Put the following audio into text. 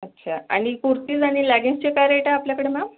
अच्छा आणि कुर्तीज आणि लॅगिन्सचे काय रेट आहे आपल्याकडे मॅम